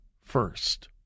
first